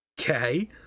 Okay